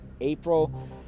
april